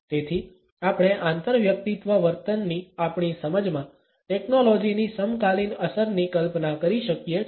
તેથી આપણે આંતરવ્યક્તિત્વ વર્તનની આપણી સમજમાં ટેકનોલોજીની સમકાલીન અસરની કલ્પના કરી શકીએ છીએ